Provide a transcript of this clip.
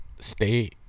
stay